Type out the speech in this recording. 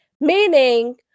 meaning